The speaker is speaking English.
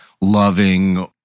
Loving